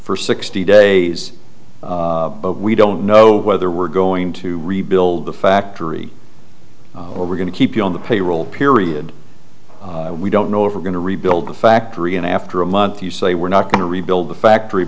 for sixty days we don't know whether we're going to rebuild the factory or we're going to keep you on the payroll period we don't know if we're going to rebuild the factory and after a month you say we're not going to rebuild the factory